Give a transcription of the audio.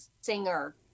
singer